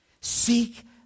Seek